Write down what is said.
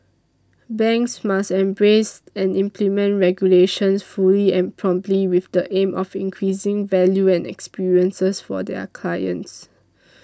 banks must embrace and implement regulations fully and promptly with the aim of increasing value and experiences for their clients